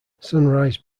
sunrise